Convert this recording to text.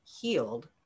healed